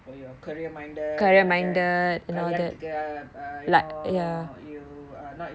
for your career minded உனக்கு கல்யாணத்துக்கு:unakku kalyanathukku you know uh not